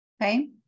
Okay